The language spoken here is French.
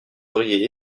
auriez